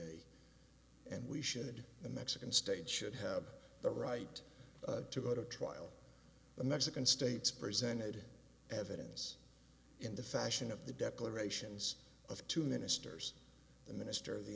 a and we should the mexican state should have the right to go to trial the mexican states presented evidence in the fashion of the declarations of two ministers the minister of the